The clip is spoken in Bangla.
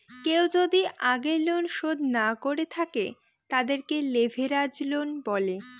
কেউ যদি আগের লোন শোধ না করে থাকে, তাদেরকে লেভেরাজ লোন বলে